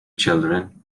children